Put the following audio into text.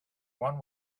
one